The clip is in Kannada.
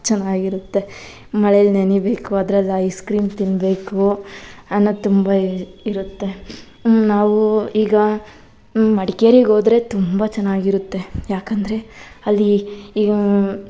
ಚೆನ್ನಾಗಿರುತ್ತೆ ಮಳೇಲಿ ನೆನಿಬೇಕು ಅದ್ರಲ್ಲಿ ಐಸ್ ಕ್ರೀಮ್ ತಿನ್ನಬೇಕು ಅನ್ನೋದು ತುಂಬ ಇರು ಇರುತ್ತೆ ಹ್ಞೂ ನಾವು ಈಗ ಮಡಿಕೇರಿಗೆ ಹೋದರೆ ತುಂಬ ಚೆನ್ನಾಗಿರುತ್ತೆ ಏಕೆಂದ್ರೆ ಅಲ್ಲಿ